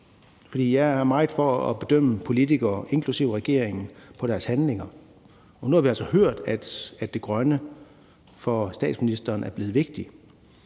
jeg går meget ind for at bedømme politikere, inklusive regeringen, på deres handlinger, og nu har vi altså hørt, at det grønne er blevet vigtigt